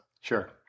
Sure